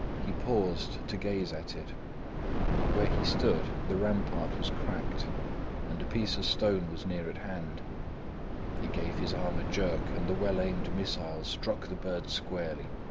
he paused to gaze at it where he stood the rampart was cracked and a piece of stone was near at hand he gave his arm a jerk and the well-aimed missile struck the bird squarely,